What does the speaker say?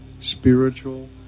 spiritual